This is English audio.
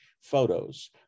photos